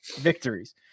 victories